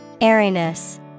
Airiness